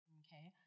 okay